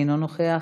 אינו נוכח,